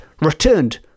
returned